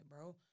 bro